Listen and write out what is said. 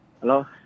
Hello